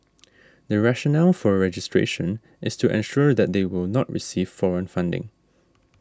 the rationale for registration is to ensure that they will not receive foreign funding